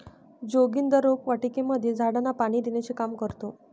जोगिंदर रोपवाटिकेमध्ये झाडांना पाणी देण्याचे काम करतो